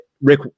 Rick